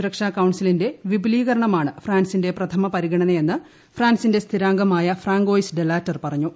സുരക്ഷാ കൌൺസിലിന്റെ വിപുലീകരണമാണ് ഫ്രാൻസിന്റെ പ്രഥമ പരിഗണനയെന്ന് ഫ്രാൻസിന്റെ സ്ഥിരാംഗമായ ഫ്രാങ്കോയിസ് ഡെലാറ്റെർ പറഞ്ഞു